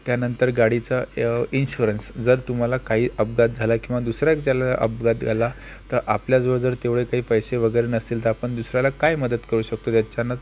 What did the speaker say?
त्यानंतर गाडीचा इन्शुरन्स जर तुम्हाला काही अपघात झाला किंवा दुसऱ्याच्याला अपघात झाला तर आपल्याजवळ जर तेवढे काही पैसे वगैरे नसेल तर आपण दुसऱ्याला काय मदत करू शकतो त्याच्यानं